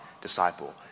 disciple